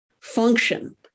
function